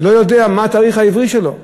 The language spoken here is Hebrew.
לא יודע מה התאריך העברי שלו.